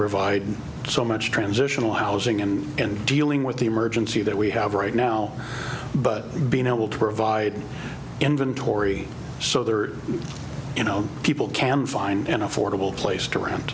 provide so much transitional housing and and dealing with the emergency that we have right now but being able to provide inventory so there are you know people can find an affordable place